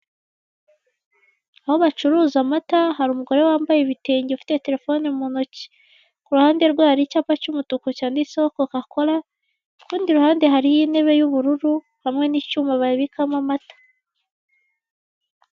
Aho bacuruza amata hari umugore wambaye ibitenge ufite terefoni mu ntoki. Ku ruhande rwe hari icyapa cy'umutuku cyanditseho kokakora, ku rundi ruhande hariho intebe y'ubururu hamwe n'icyuma babikamo amata.